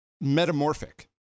metamorphic